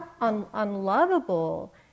unlovable